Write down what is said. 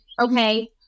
Okay